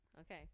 Okay